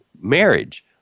marriage